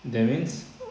that means